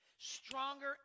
stronger